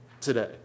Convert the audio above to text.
today